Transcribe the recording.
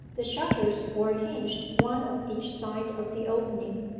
the shutters were hinged one on each side of the opening,